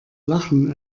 lachen